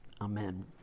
Amen